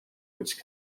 which